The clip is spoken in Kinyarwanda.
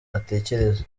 atekereza